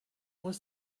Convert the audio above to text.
was